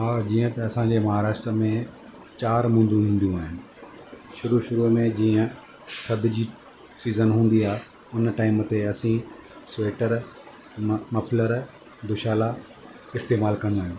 हा जीअं त असांजे महाराष्ट्रा में चारि मुंदियूं ईंदियूं आहिनि शुरू शुरूअ में जीअं थधि जी सीज़न हूंदी आहे हुन टाइम ते असी स्वेटर म मफलर दुशाला इस्तेमालु कंदा आहियूं